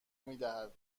میدهد